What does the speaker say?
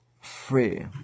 free